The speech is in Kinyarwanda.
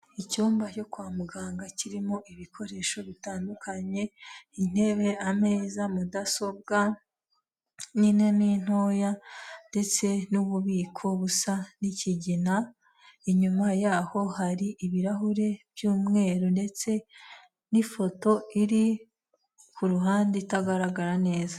Icyumba cyo kwa muganga kirimo ibikoresho bitandukanye, intebe, ameza, mudasobwa nini n'intoya ndetse n'ububiko busa n'ikigina, inyuma yaho hari ibirahuri by'umweru ndetse n'ifoto iri ku ruhande itagaragara neza.